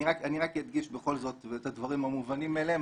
אני רק אדגיש בכל זאת את הדברים המובנים מאליהם,